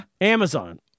Amazon